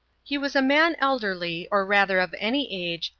he was a man elderly or rather of any age,